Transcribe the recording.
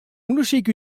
ûndersyk